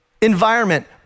environment